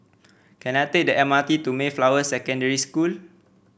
can I take the M R T to Mayflower Secondary School